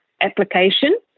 application